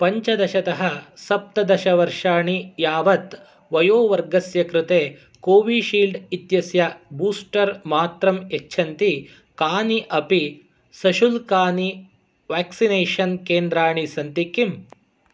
पञ्चदशतः सप्तदशवर्षाणि यावत् वयोवर्गस्य कृते कोविशील्ड् इत्यस्य बूस्टर् मात्रं यच्छन्ति कानि अपि सशुल्कानि व्याक्सिनेषन् केन्द्राणि सन्ति किम्